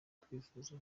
kwivuza